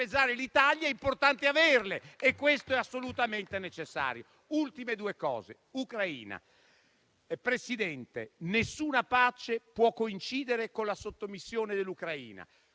l'Italia, è importante averle e questo è assolutamente necessario. Ultime due osservazioni. Sull'Ucraina, signor Presidente, nessuna pace può coincidere con la sottomissione dell'Ucraina.